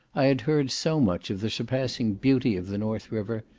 i had heard so much of the surpassing beauty of the north river,